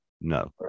No